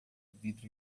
vidro